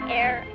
air